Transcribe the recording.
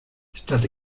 estate